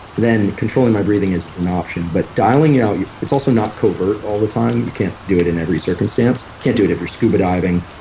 then controlling my breathing isn't an option. but dialing out your. it's also not covert all the time. you can't do it in every circumstance. can't do it if you're scuba diving,